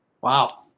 Wow